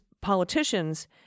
politicians